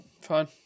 Fine